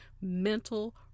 mental